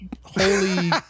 holy